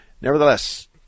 Nevertheless